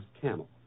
Camel